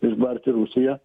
išbarti rusiją